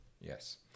Yes